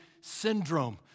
syndrome